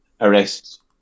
arrest